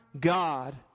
God